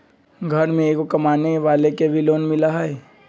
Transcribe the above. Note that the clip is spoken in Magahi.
घर में एगो कमानेवाला के भी लोन मिलहई?